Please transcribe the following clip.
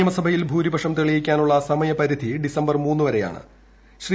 നിയമസഭയിൽ ഭൂരിപക്ഷം തെളിയിക്കാനുള്ള സമയപരിധി ഡിസംബർ മൂന്ന് വരെയാണ് ശ്രീ